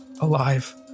alive